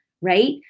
right